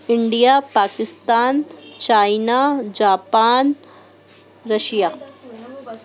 India Pakistan China Japan Russia